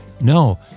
No